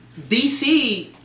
DC